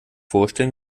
vorstellen